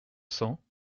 cents